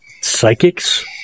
psychics